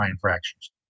fractures